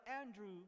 Andrew